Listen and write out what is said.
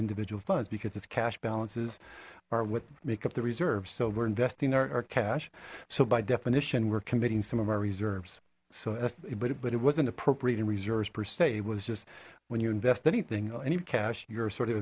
individual funds because it's cash balances are what make up the reserves so we're investing our cash so by definition we're committing some of our reserves so as but but it wasn't appropriate and reserves per se was just when you invest anything any cash you're sort of